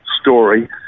story